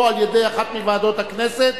או על-ידי אחת מוועדות הכנסת,